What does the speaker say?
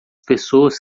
pessoas